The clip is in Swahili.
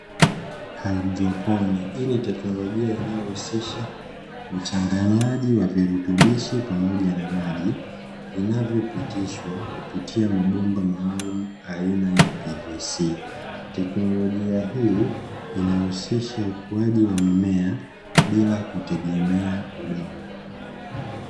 Haidroponi hii ni teknolojia inayohusisha uchanganyaji wa virutubishi pamoja na maji. Vinavyopitishwa kupitia mabomba maalumu aina ya "PVC". Teknolojia hii inahusisha ukuaji wa mimea bila kutegemea udongo.